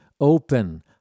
open